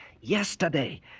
yesterday